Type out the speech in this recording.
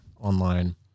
online